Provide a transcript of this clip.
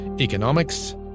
Economics